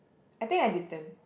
I think I didn't